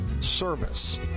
service